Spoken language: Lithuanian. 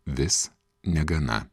vis negana